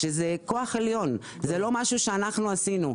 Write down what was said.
שזה כוח עליון, זה לא משהו שאנחנו עשינו.